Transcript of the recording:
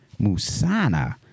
Musana